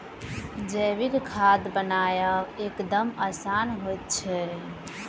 जैविक खाद बनायब एकदम आसान होइत छै